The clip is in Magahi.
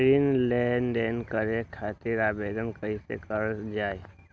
ऋण लेनदेन करे खातीर आवेदन कइसे करल जाई?